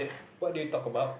what did you talk about